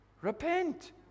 repent